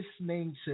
listening